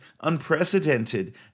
unprecedented